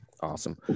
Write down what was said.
awesome